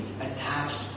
attached